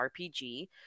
RPG